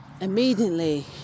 immediately